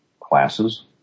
classes